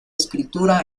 escritura